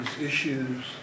issues